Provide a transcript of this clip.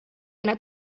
einer